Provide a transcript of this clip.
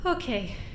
Okay